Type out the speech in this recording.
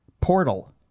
Portal